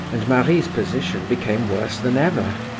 and marie's position became worse than ever.